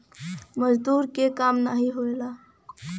मजदूर के काम नाही होला